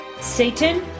Satan